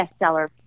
bestseller